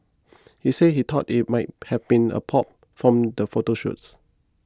he said he thought it might have been a prop from the photo shoots